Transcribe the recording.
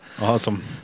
Awesome